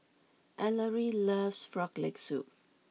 Ellery loves Frog Leg Soup